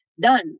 done